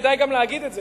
כדאי גם להגיד את זה,